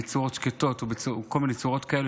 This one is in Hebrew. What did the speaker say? בצורה שקטה ובכל מיני צורות אחרות,